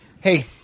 Hey